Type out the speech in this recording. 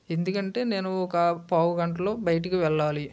ఎందుకంటే నేను ఒక పావుగంటలో బయటకు వెళ్ళాలి